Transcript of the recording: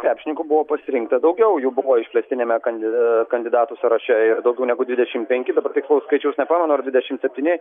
krepšininkų buvo pasirinkta daugiau jų buvo išplėstiniame kandi kandidatų sąraše ir daugiau negu dvidešim penki dabar tikslaus skaičiaus nepamenu ar dvidešim septyni